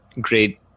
great